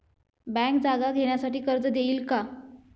Bank जागा घेण्यासाठी कर्ज देईल का?